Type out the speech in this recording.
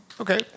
Okay